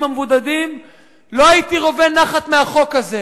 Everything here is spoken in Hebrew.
המבודדים לא הייתי רווה נחת מהחוק הזה.